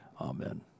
Amen